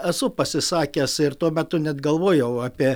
esu pasisakęs ir tuo metu net galvojau apie